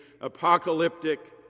apocalyptic